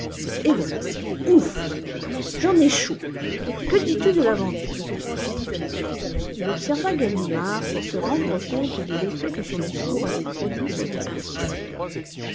et voilà ouf j'en ai chaud que dis-tu de l'aventure il observa ganimard pour se rendre compte de l'effet que son discours avait produit sur l'inspecteur